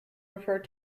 referred